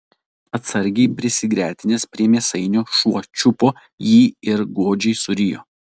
atsargiai prisigretinęs prie mėsainio šuo čiupo jį ir godžiai surijo